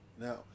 Now